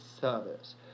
service